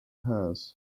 hers